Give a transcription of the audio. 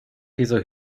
dieser